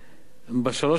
בשלוש השנים האחרונות,